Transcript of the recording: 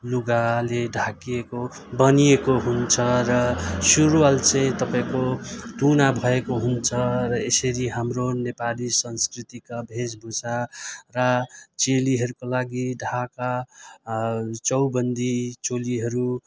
लुगाले ढाकिएको बनिएको हुन्छ र सुरुवाल चाहिँ तपाईँको तुना भएको हुन्छ र यसरी हाम्रो नेपाली संस्कृतिका वेशभूषा र चेलीहरूको लागि ढाका चौबन्दी चोलीहरू